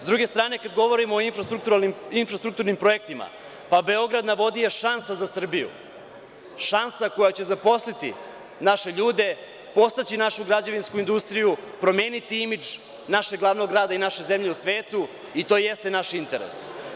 S druge strane, kada govorimo o infrastrukturnim projektima, pa „Beograd na vodi“ je šansa za Srbiju, šansa koja će zaposliti naše ljude, podstaći našu građevinsku industriju, promeniti imidž našeg glavnog grada i naše zemlje u svetu i to jeste naš interes.